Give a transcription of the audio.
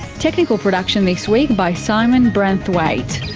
technical production this week by simon branthwaite,